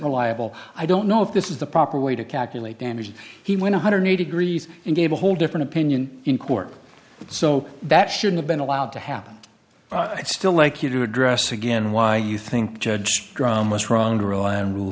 reliable i don't know if this is the proper way to calculate damages he went one hundred and eighty degrees and gave a whole different opinion in court so that should have been allowed to happen i'd still like you to address again why you think judge drum was wrong to rule and rule